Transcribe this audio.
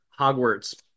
Hogwarts